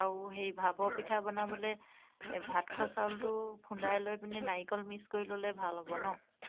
আৰু সেই ভাপৰ পিঠা বনাবলৈ এই ভাত খোৱা চাউলটো খুন্দাই লৈ পিনে নাৰিকল মিক্স কৰি ল'লে ভাল হ'ব ন